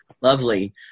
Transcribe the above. Lovely